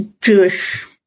Jewish